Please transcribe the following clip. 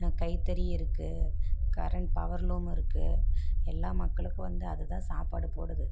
கைத்தறி இருக்குது current power loom இருக்குது எல்லா மக்களுக்கும் வந்து அது தான் சாப்பாடு போடுது